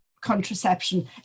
contraception